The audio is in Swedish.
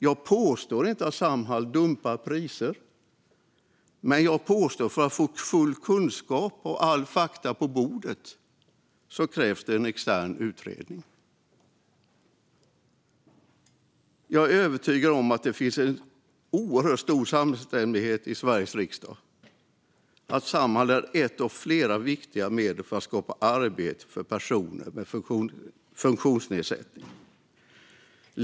Jag påstår inte att Samhall dumpar priser. Men jag påstår att för att få full kunskap och alla fakta på bordet krävs det en extern utredning. Jag är övertygad om att det finns oerhört stor samstämmighet i Sveriges riksdag om att Samhall är ett av flera viktiga medel för att skapa arbete för personer med funktionsnedsättning.